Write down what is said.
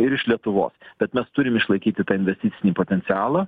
ir iš lietuvos bet mes turim išlaikyti tą investicinį potencialą